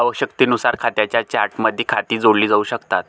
आवश्यकतेनुसार खात्यांच्या चार्टमध्ये खाती जोडली जाऊ शकतात